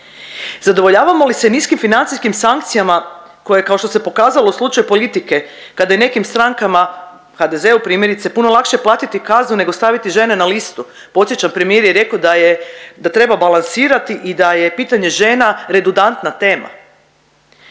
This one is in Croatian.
Zadovoljavamo li se niskim financijskim sankcijama koje kao što se pokazalo u slučaju politike kada je nekim strankama, HDZ-u primjerice puno lakše platiti kaznu nego staviti žene na listu? Podsjećam, premijer je rekao da je da treba balansirati i da je pitanje žena redundantna tema.